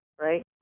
right